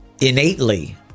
innately